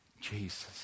Jesus